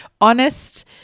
honest